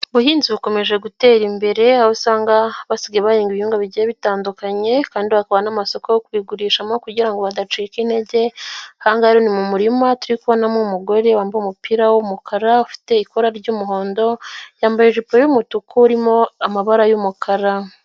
Ubuhinzi bukomeje gutera imbere aho usanga basigaye bahinga ibihingwa bigiye bitandukanye, kandi bakabaha n'amasoko yo kugurishamo kugira ngo badacika intege, aha ngaha ni mu murima turi kubonamo umugore wambaye umupira w'umukara, ufite ikora ry'umuhondo, yambaye ijipo y'umutuku irimo amabara y'umukara.